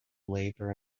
labor